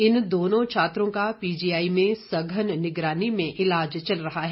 इन दोनों छात्रों का पीजीआई में सघन निगरानी में ईलाज चल रहा है